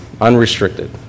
unrestricted